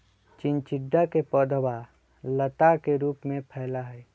चिचिंडा के पौधवा लता के रूप में फैला हई